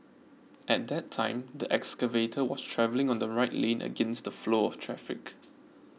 at that time the excavator was travelling on the right lane against the flow of traffic